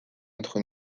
notre